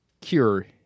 cure